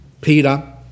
Peter